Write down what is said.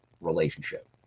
relationship